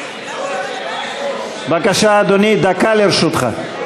בבקשה, אדוני, דקה לרשותך.